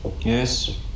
Yes